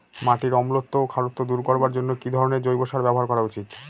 মাটির অম্লত্ব ও খারত্ব দূর করবার জন্য কি ধরণের জৈব সার ব্যাবহার করা উচিৎ?